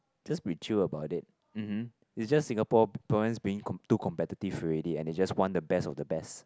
just be chill about it mmm hmm it's just Singapore people being too competitive already and they just want the best of the best